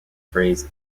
phrase